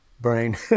brain